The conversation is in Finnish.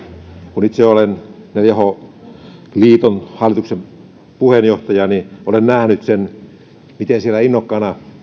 kun itse olen neljä h liiton hallituksen puheenjohtaja niin olen nähnyt sen miten siellä innokkaana